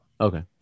Okay